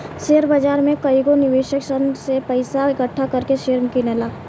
share बाजार में कएगो निवेशक सन से पइसा इकठ्ठा कर के शेयर किनला